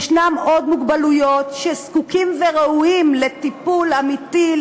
יש עוד מוגבלויות שבהן זקוקים וראויים לטיפול אמיתי,